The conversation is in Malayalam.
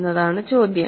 എന്നതാണ് ചോദ്യം